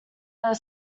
are